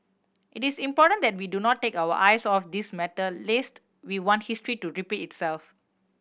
it is important that we do not take our eyes off this matter lest we want history to repeat itself